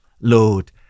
Lord